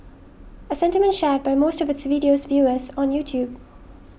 a sentiment shared by most of its video's viewers on YouTube